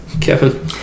Kevin